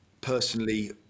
personally